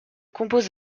compose